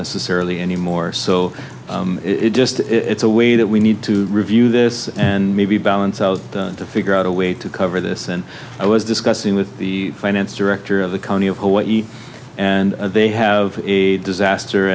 necessarily anymore so it just it's a way that we need to review this and maybe balance out to figure out a way to cover this and i was discussing with the finance director of the county of hawaii and they have a disaster